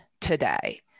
today